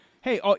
Hey